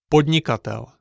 Podnikatel